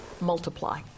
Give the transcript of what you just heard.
multiply